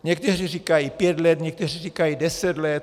Někteří říkají pět let, někteří říkají deset let.